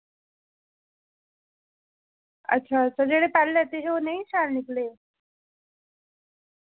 अच्छा अच्छा जेह्ड़े पैह्ले लैते हे ओह् नेईं शैल निकले